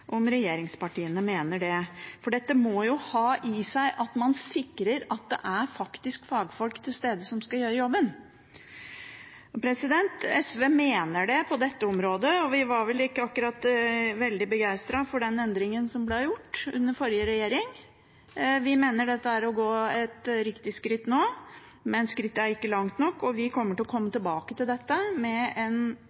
om regjeringspartiene mener det, for dette må jo ha i seg at man sikrer at det faktisk er fagfolk til stede som skal gjøre jobben. SV mener det på dette området, og vi var vel ikke akkurat veldig begeistret for den endringen som ble gjort under den forrige regjeringen. Vi mener dette er å gå et riktig skritt nå, men skrittet er ikke langt nok, og vi kommer til å komme